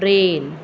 train